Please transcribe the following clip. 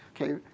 Okay